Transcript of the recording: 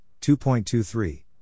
2.23